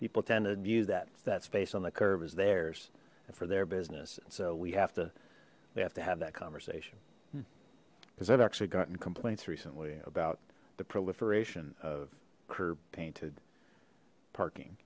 people tend to do that that space on the curve is theirs and for their business and so we have to they have to have that conversation does that actually gotten complaints recently about the proliferation of curb painted parking